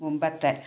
മുമ്പത്തെ